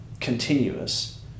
continuous